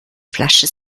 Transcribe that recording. flasche